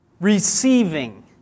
receiving